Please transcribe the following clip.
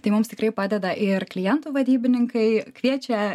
tai mums tikrai padeda ir klientų vadybininkai kviečia